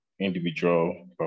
individual